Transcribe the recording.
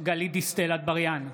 גלית דיסטל אטבריאן,